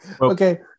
Okay